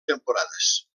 temporades